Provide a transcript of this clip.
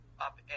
up